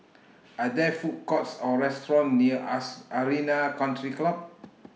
Are There Food Courts Or restaurants near as Arena Country Club